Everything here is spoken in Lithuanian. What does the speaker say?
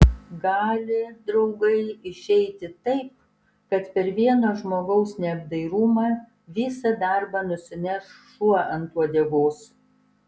gali draugai išeiti taip kad per vieno žmogaus neapdairumą visą darbą nusineš šuo ant uodegos